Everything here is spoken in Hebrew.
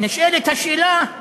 נשאלת השאלה: